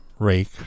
rake